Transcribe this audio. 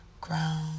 ground